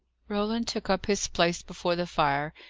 roland took up his place before the fire,